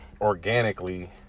organically